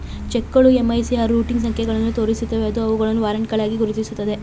ಚೆಕ್ಗಳು MICR routing ಸಂಖ್ಯೆಗಳನ್ನು ತೋರಿಸುತ್ತವೆ ಅದು ಅವುಗಳನ್ನು ವಾರೆಂಟ್ಗಳಾಗಿ ಗುರುತಿಸುತ್ತದೆ